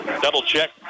Double-check